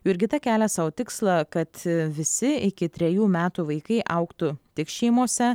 jurgita kelia sau tikslą kad visi iki trejų metų vaikai augtų tik šeimose